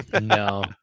no